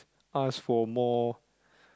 ask for more